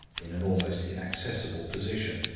in an almost inaccessible position,